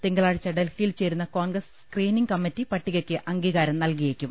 തിങ്കളാഴ്ച ഡൽഹിയിൽ ചേരുന്ന കോൺഗ്രസ് സ്ക്രീനിംഗ് കമ്മിറ്റി പട്ടികയ്ക്ക് അംഗീകാരം നല്കിയേക്കും